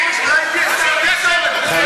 אתה לא רוצה להתחרות,